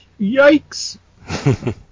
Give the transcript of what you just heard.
Yikes